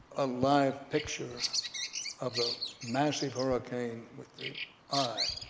a live picture of the massive hurricane with the eye,